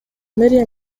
мэрия